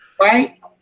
right